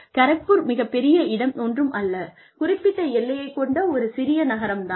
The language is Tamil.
கரக்பூர் மிகப்பெரிய இடம் ஒன்றும் அல்ல குறிப்பிட்ட எல்லைகளைக் கொண்ட ஒரு சிறிய நகரம் தான்